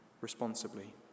responsibly